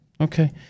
Okay